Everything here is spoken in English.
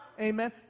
Amen